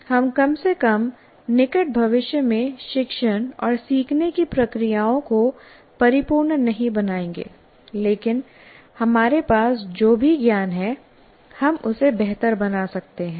हम कम से कम निकट भविष्य में शिक्षण और सीखने की प्रक्रियाओं को परिपूर्ण नहीं बनाएंगे लेकिन हमारे पास जो भी ज्ञान है हम उसे बेहतर बना सकते हैं